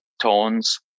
tones